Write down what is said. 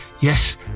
yes